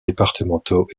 départementaux